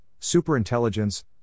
superintelligence